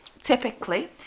typically